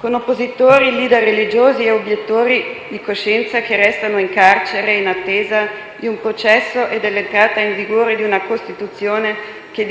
con oppositori *leader* religiosi e obiettori di coscienza che restano in carcere in attesa di un processo e dell'entrata in vigore di una Costituzione che